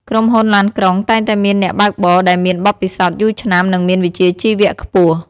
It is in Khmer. ក្រុមហ៊ុនឡានក្រុងតែងតែមានអ្នកបើកបរដែលមានបទពិសោធន៍យូរឆ្នាំនិងមានវិជ្ជាជីវៈខ្ពស់។